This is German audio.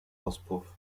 auspuff